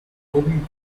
kognitive